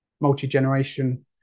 multi-generation